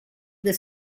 the